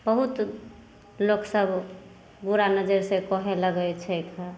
बहुत लोकसभ बुरा नजरि से कहै लागै छै के